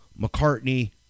McCartney